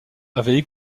avaient